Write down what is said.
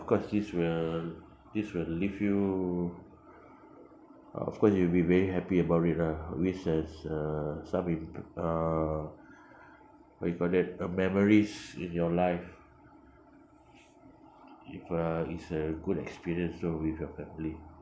because this will this will leave you of course you will be very happy about it lah which has uh some imp~ uh what you call that uh memories in your life if uh it's a good experience so with your family